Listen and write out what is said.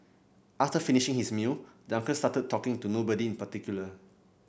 after finishing his meal the uncle started talking to nobody in particular